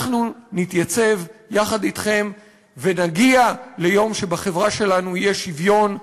אנחנו נתייצב יחד אתכם ונגיע ליום שבחברה שלנו יהיה שוויון.